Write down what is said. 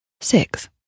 six